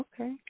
Okay